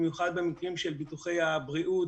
במיוחד במקרים של ביטוחי הבריאות,